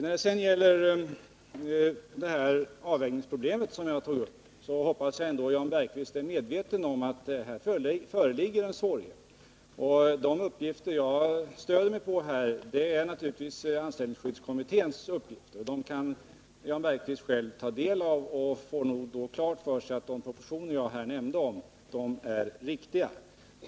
När det sedan gäller avvägningsproblemet, som jag tog upp, hoppas jag ändå att Jan Bergqvist är medveten om att det här föreligger en svårighet. De uppgifter jag stöder mig på är naturligtvis anställningsskyddskommitténs uppgifter. Dem kan Jan Bergqvist själv ta del av, och han får nog då klart för sig att de proportioner som jag här nämnde är riktiga.